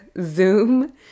Zoom